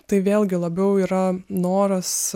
tai vėlgi labiau yra noras